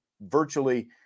virtually